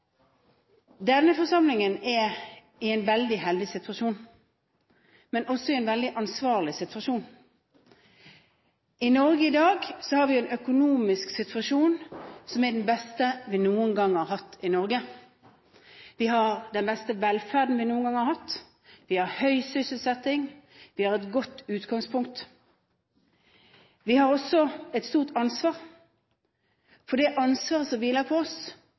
Denne forsamlingen er i en veldig heldig situasjon, men også i en veldig ansvarlig situasjon. I Norge i dag har vi en økonomisk situasjon som er den beste vi noen gang har hatt i Norge. Vi har den beste velferden vi noen gang har hatt, vi har høy sysselsetting, vi har et godt utgangspunkt. Vi har også et stort ansvar, for det ansvaret som hviler på oss,